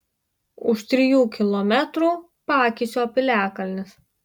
už trijų kilometrų pakisio piliakalnis